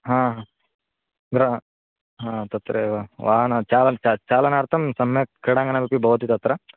हा ब्र हा तत्रैव वाहनचाल चालनार्थं सम्यक् क्रीडाङ्गणमपि भवति तत्र